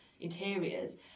interiors